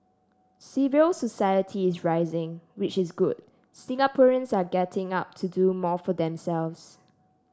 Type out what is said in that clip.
civil society is rising which is good Singaporeans are getting up to do more for themselves